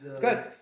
Good